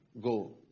go